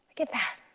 look at that.